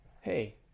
hey